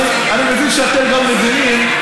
אני מבין שאתם מבינים,